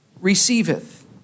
receiveth